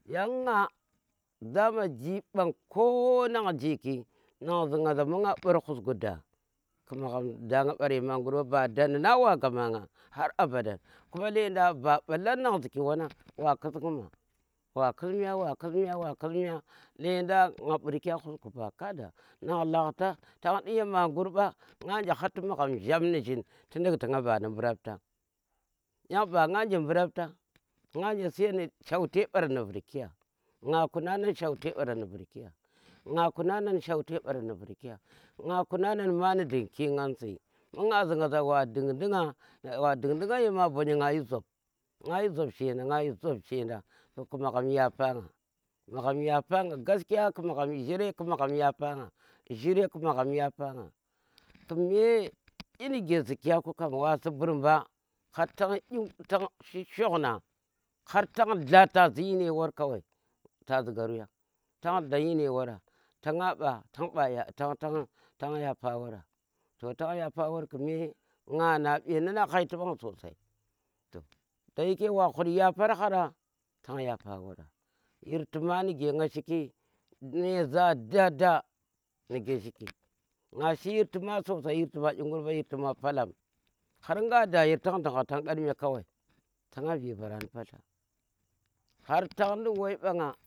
Yang nna dama ji ɓang ko ngan ji nang zi nga za mbu nga ɓur nuski da ki magham da nga ɓur yamangur mba ba dandi nang wa gaman nga har abada kuma lendang ba mbalanang ziki nan wa khus mya, wa khus mya, wa hus mya, lendang nga burkye husku mba kada nang lakta tan ndi yema ngur mba nga nje harti magham jham nijin ti ndukti nga ba nu mbu raptan yan mba nganje mbu rapta mba nga je siyen nu cheute mbaran nu vurkiya nga kuna nu cheute mbaran nu vurki ya, nga kuna nda nu cheute mbaran nh vurkiya nga kuna nda ni mani dinkingansi mbu nga zi ngaza wa dindi nga wa dindi nga yema bonye ngayi zop ngayi zop shenda ngayi zop shenda ku magham yapanga ku magham yapanga gaskiya ku magham jhire ku magham yapanga kume inuke zukiyaku kam wa subur mba har tanyi tanyi shokna har tan dla ta zin yine war kawai tazi garwen tan dlan yine wara tanga mba tan mba tan tan yapawara to tan yapawar kume nga na mbenanga da haiti mba sosai to dayeke wa ghut yapar hara tan yapa wara yirti ma ngan shiki nyeza da da nige shiki nga shi yirti ma sosai ba ingur mba palam har nga da yar tan dungha tan khan mee hakime palam ta nga vi vara nu padla har tan ndu wai mba nga.